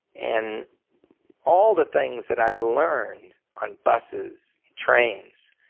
and all the things that i'd learned on busses, trains,